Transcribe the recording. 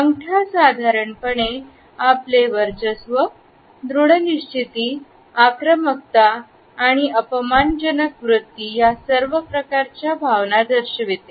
अंगठा साधारणपणे आपले वर्चस्व दृढ निश्चिती आक्रमकता आणि आणि अपमान जनक वृत्ती या सर्व प्रकारच्या भावना दर्शविते